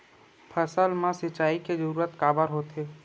फसल मा सिंचाई के जरूरत काबर होथे?